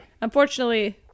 Unfortunately